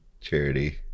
charity